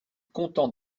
content